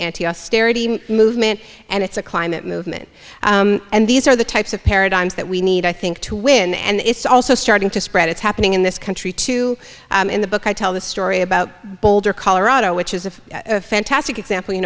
austerity movement and it's a climate movement and these are the types of paradigms that we need i think to win and it's also starting to spread it's happening in this country too in the book i tell the story about boulder colorado which is a fantastic example you